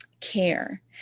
care